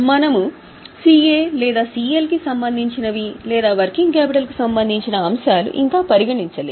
మనము CA లేదా CL కి సంబంధించినవి లేదా వర్కింగ్ క్యాపిటల్కు సంబంధించిన అంశాలు ఇంకా పరిగణించలేదు